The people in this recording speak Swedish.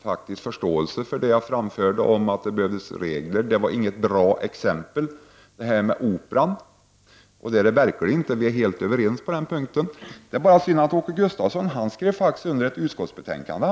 Han kände förståelse för det jag framförde om att det behövs regler. Han sade att Operan inte var något bra exempel, och det är den verkligen inte — vi är helt överens på den punkten. Det var bara synd att Åke Gustavsson skrev under utskottsbetänkandet.